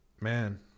man